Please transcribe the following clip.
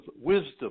wisdom